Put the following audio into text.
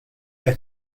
qed